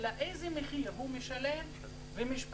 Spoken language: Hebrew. אלא איזה מחיר הוא משלם ומשפחתו,